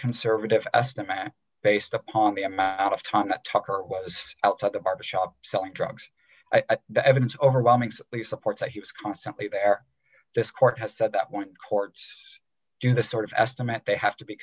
conservative estimate based upon the amount of time that tucker was outside the barber shop selling drugs the evidence over bombings the support that he was constantly there this court has said that point courts do this sort of estimate they have to be